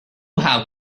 how